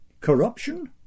Corruption